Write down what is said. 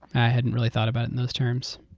i hadn't really thought about it in those terms.